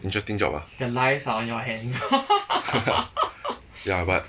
interesting job ah ya but